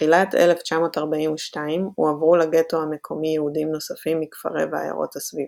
בתחילת 1942 הועברו לגטו המקומי יהודים נוספים מכפרי ועיירות הסביבה,